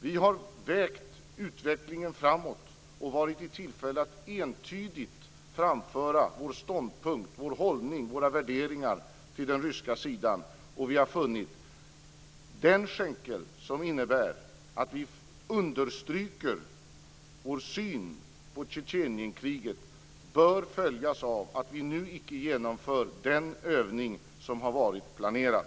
Vi har vägt utvecklingen framåt och fått tillfälle att entydigt framföra vår ståndpunkt, vår hållning och våra värderingar till den ryska sidan och vi har funnit följande: Den skänkel som innebär att vi understryker vår syn på Tjetjenienkriget bör följas av att vi nu icke genomför den övning som har varit planerad.